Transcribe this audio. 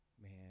Man